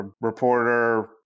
reporter